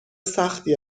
سختی